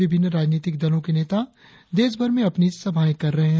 विभिन्न राजनीतिक दलों के नेता देशभर में अपनी सभाएं कर रहे है